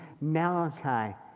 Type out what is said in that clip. Malachi